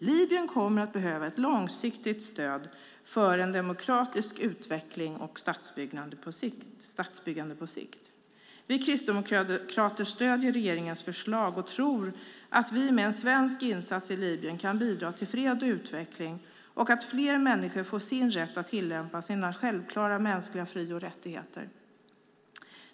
Libyen kommer att behöva ett långsiktigt stöd för en demokratisk utveckling och statsbyggande på sikt. Vi kristdemokrater stöder regeringens förslag och tror att vi med en svensk insats i Libyen kan bidra till fred och utveckling och till att fler människor får rätt att tillämpa sina självklara mänskliga fri och rättigheter.